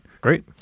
Great